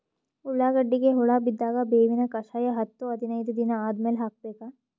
ಉಳ್ಳಾಗಡ್ಡಿಗೆ ಹುಳ ಬಿದ್ದಾಗ ಬೇವಿನ ಕಷಾಯ ಹತ್ತು ಹದಿನೈದ ದಿನ ಆದಮೇಲೆ ಹಾಕಬೇಕ?